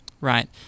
Right